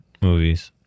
movies